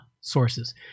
sources